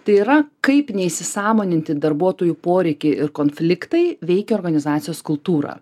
tai yra kaip neįsisąmoninti darbuotojų poreikiai ir konfliktai veikia organizacijos kultūrą